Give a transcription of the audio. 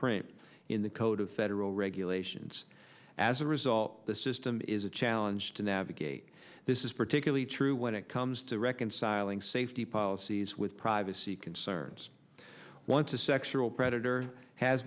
print in the code of federal regulations as a result the system is a challenge to navigate this is particularly true when it comes to reconciling safety policies with privacy concerns once a sexual predator has